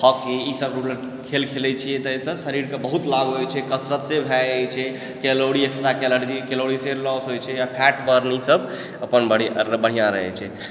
hockey ई सब खेल खेलै छियै ताहिसँ शरीरके बहुत लाभ होइ छै कसरत से भए जाइ छै कैलोरी एक्स्ट्रा कैलोरी से लॉस होइ छै फैट बर्न ई सब अपन बढ़िआँ रहयै छै